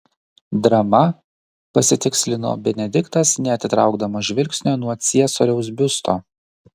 drama pasitikslino benediktas neatitraukdamas žvilgsnio nuo ciesoriaus biusto